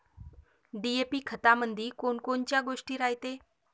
DAP खतामंदी कोनकोनच्या गोष्टी रायते?